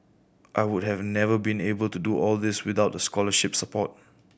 I would have never been able to do all these without the scholarship support